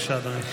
בבקשה, אדוני.